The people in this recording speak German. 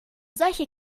solche